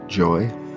joy